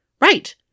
Right